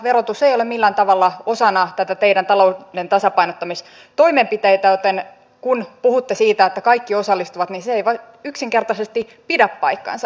verotus ei ole millään tavalla osana näitä teidän talouden tasapainottamistoimenpiteitänne joten kun puhutte siitä että kaikki osallistuvat niin se ei yksinkertaisesti pidä paikkaansa